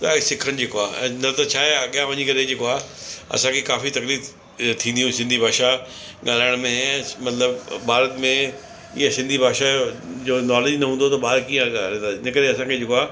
अ सिखण जेको आहे न त छाआहे अॻियां वञी करे जेको आहे असांखे काफ़ी तकलीफ़ थींदीयुसि सिंधी भाषा ॻाल्हाइण में मतिलबु भारत में इहे सिंधी भाषा यो जो नॉलेज न हूंदो त ॿार कीअं ॻाल्हाईंदा इन करे असांखे जेको आहे